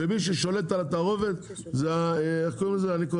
ומי ששולט על התערובת זה האינטגרציות.